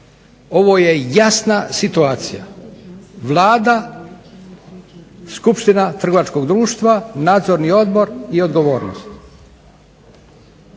ovo je jasna situacija, vlada, skupština trgovačkog društva, nadzorni odbor i odgovornost.